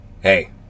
Hey